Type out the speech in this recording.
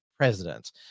President